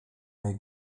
mej